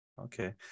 Okay